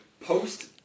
Post